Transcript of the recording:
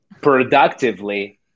productively